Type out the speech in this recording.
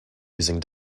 using